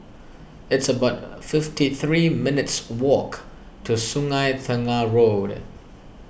it's about a fifty three minutes' walk to Sungei Tengah Road